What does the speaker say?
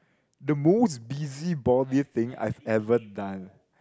the most busybody thing I have ever done